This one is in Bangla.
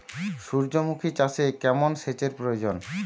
সূর্যমুখি চাষে কেমন সেচের প্রয়োজন?